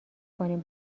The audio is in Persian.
کنیم